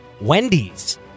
Wendy's